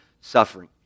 suffering